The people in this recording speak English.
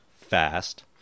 fast